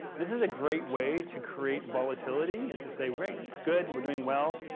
this is a great way to create volatility, is to say great, it's good. we're doing well.